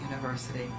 University